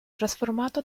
trasformato